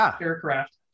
aircraft